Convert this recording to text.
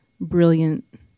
brilliant